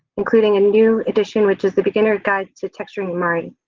including a new edition, which is the beginners guide to texturing in mari.